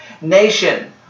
Nation